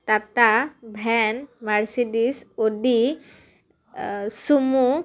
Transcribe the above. Tata van Mercedes Audi sumo